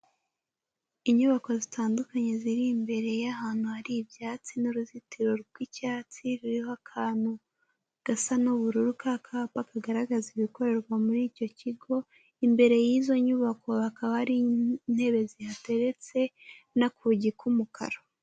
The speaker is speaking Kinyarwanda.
Inyubako zitandukanye ziri imbere y'ahantu hari ibyatsi n'uruzitiro rw'icyatsi ruriho akantu gasa n'ubururu k'akapa kagaragaza ibikorerwa muri icyo kigo, imbere y'izo nyubako hakaba hari intebe zihateretse n'akugi k'umukara.